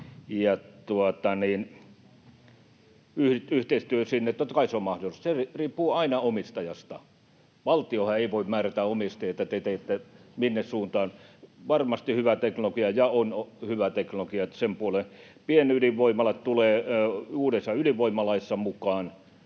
yhteistyö sinne totta kai on mahdollista. Se riippuu aina omistajasta. Valtiohan ei voi määrätä omistajia, että te teette sinne suuntaan. Varmasti on hyvää teknologiaa, on hyvää teknologiaa, että sen puoleen. Pienydinvoimalat tulevat uudessa ydinvoimalaissa mukaan,